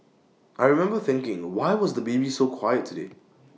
I remember thinking why was the baby so quiet today